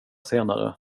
senare